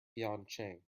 pyeongchang